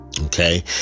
Okay